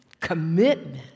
commitment